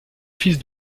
fils